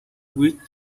with